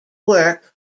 work